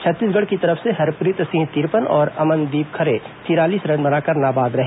छत्तीसगढ़ की तरफ से हरप्रीत सिंह तिरपन और अमनदीप खरे तिरालीस रन बनाकर नाबाद रहे